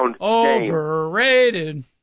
Overrated